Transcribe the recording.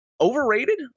overrated